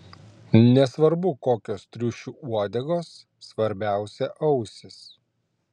nesvarbu kokios triušių uodegos svarbiausia ausys